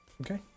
Okay